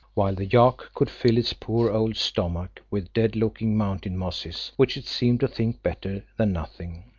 while the yak could fill its poor old stomach with dead-looking mountain mosses, which it seemed to think better than nothing.